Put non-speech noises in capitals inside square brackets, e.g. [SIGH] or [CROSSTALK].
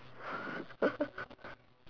[LAUGHS]